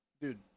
Dude